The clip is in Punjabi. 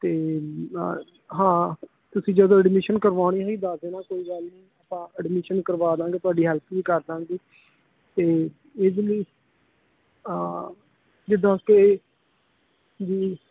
ਅਤੇ ਹਾਂ ਤੁਸੀਂ ਜਦੋਂ ਐਡਮਿਸ਼ਨ ਕਰਵਾਉਣੀ ਹੋਈ ਦੱਸ ਦੇਣਾ ਕੋਈ ਗੱਲ ਨਹੀਂ ਆਪਾਂ ਐਡਮਿਸ਼ਨ ਕਰਵਾ ਦਵਾਂਗੇ ਤੁਹਾਡੀ ਹੈਲਪ ਵੀ ਕਰ ਦਵਾਂਗੇ ਅਤੇ ਇਹਦੇ ਲਈ ਆ ਜਿੱਦਾਂ ਕਿ ਜੀ ਬੀ